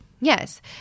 Yes